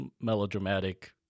melodramatic